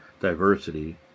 diversity